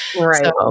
right